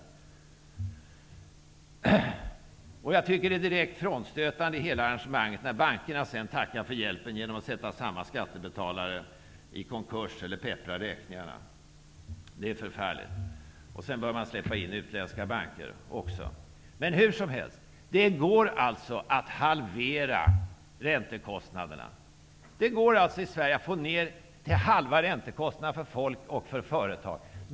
Jag tycker att det som är direkt frånstötande i hela arrangemanget är när bankerna tackar för hjälpen genom att sätta samma skattebetalare i konkurs eller att peppra räkningarna. Det är förfärligt. Man bör släppa in utländska banker också. Hur som helst: det går att halvera räntekostnaderna. Det går att i Sverige halvera räntekostnaderna för folk och för företag.